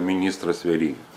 ministras veryga